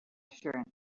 assurance